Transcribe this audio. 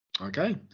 Okay